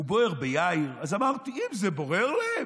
הוא בוער ביאיר, אז אמרתי: אם זה בוער להם,